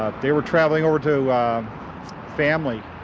they were traveling over to family